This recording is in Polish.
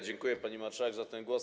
Dziękuję, pani marszałek, za ten głos.